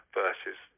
versus